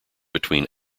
between